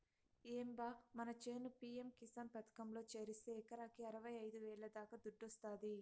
ఏం బా మన చేను పి.యం కిసాన్ పథకంలో చేరిస్తే ఎకరాకి అరవైఐదు వేల దాకా దుడ్డొస్తాది